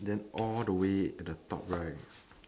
then all the way at the top right